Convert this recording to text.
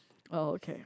oh okay